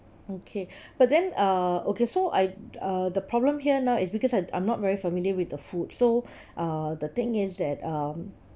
okay but then uh okay so I uh the problem here now is because I I'm not very familiar with the food so uh the thing is that um